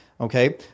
Okay